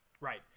Right